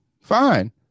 fine